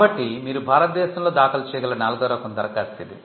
కాబట్టి మీరు భారతదేశంలో దాఖలు చేయగల నాల్గవ రకం దరఖాస్తు ఇది